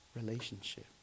relationship